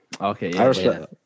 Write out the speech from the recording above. Okay